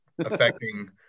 affecting